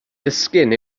disgyn